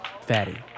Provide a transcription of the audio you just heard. fatty